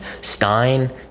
Stein